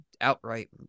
outright